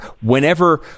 whenever